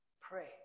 Pray